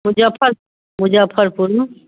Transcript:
मुजफ्फरपुर मुजफ्फरपुरमे